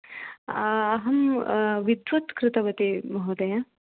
अहं विद्वत् कृतवती महोदय